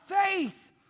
Faith